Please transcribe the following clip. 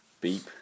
beep